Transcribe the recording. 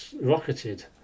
rocketed